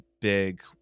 big